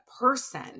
person